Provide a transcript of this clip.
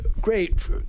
Great